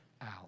out